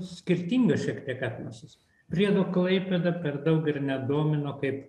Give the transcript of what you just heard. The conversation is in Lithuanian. skirtingas šiek tiek etnosas priedo klaipėda per daug ir nedomino kaip